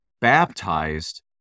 baptized